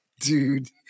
dude